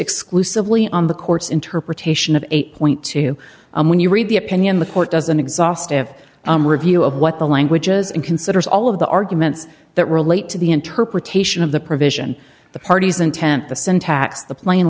exclusively on the court's interpretation of eight point two when you read the opinion the court does an exhaustive review of what the languages in considers all of the arguments that relate to the interpretation of the provision the parties intent the syntax the pla